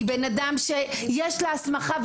היא בן אדם שיש לה הסמכה,